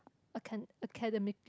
acan~ academically